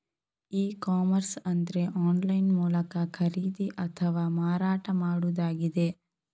E commerce ಅಂದ್ರೆ online ಮೂಲಕ ಖರೀದಿ ಅಥವಾ ಮಾರಾಟ ಮಾಡುದಾಗಿದೆ